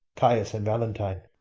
caius, and valentine.